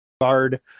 guard